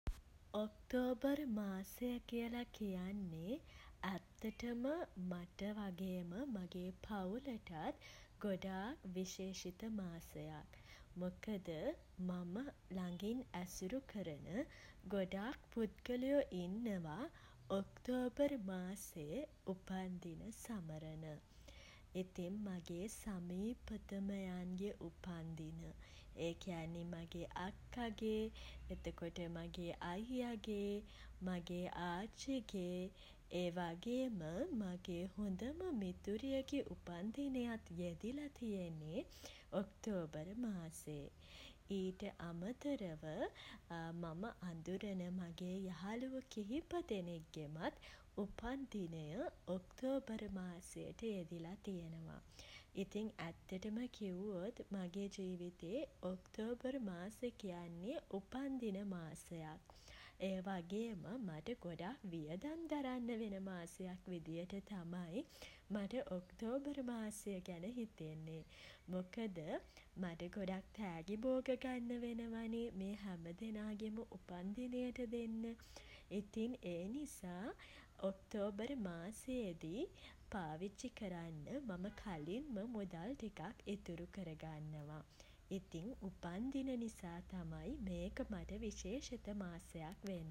October මාසය කියල කියන්නේ ඇත්තටම මට වගේම මගේ පවුලට ගොඩාක් විශේෂිත මාසයක්. මොකද මම ළඟින් ඇසුරු කරන ගොඩක් පුද්ගලයෝ ඉන්නවා ඔක්තෝබර් මාසේ උපන් දින සමරන. ඉතින් මගේ සමීපතමයන්ගේ උපන්දින ඒ කියන්නේ මගේ අක්කාගේ එතකොට මගේ අයියාගේ මගේ ආච්චිගේ ඒ වගේම මගේ හොඳම මිතුරියගේ උපන්දිනයත් යෙදිලා තියෙන්නේ ඔක්තෝබර් මාසේ. ඊට අමතරව මම අඳුරන මගේ යහළුවො කිහිප දෙනෙක්ගෙම උපන් දිනය ඔක්තෝබර් මාසයට යෙදිලා තියෙනවා. ඉතින් ඇත්තටම කිව්වොත් මගේ ජීවිතේ ඔක්තෝබර් මාසේ කියන්නේ උපන්දින මාසයක්. ඒවගේම මට ගොඩක් වියදම් දරන්න වෙන මාසයක් විදියට තමයි මට ඔක්තෝබර් මාසය ගැන හිතෙන්නේ. මොකද මට ගොඩක් තෑගි බෝග ගන්න වෙනවනේ. මේ හැම දෙනාගෙම උපන්දිනයට දෙන්න. ඉතින් ඒ නිසා ඔක්තෝබර් මාසයේදී පාවිච්චි කරන්න මම කලින්ම මුදල් ටිකක් ඉතුරු කරගන්නවා. ඉතින් උපන් දින නිසා තමයි මේක මට විශේෂිත මාසයක් වෙන්නෙ.